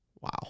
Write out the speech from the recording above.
Wow